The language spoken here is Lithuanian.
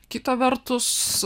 kita vertus